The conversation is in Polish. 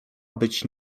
być